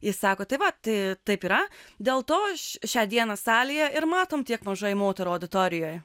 jis sako tai vat taip yra dėl to aš šią dieną salėje ir matom tiek mažai moterų auditorijoje